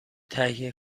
تهیه